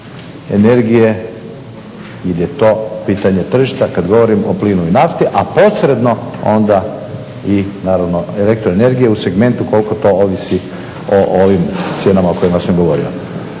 energije jer je to pitanje tržišta kada govorim o plinu i nafti, a posredno onda elektroenergije u segmentu koliko to ovisi o ovim cijenama o kojima sam govorio.